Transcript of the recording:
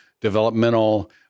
developmental